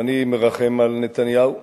ואני מרחם על נתניהו,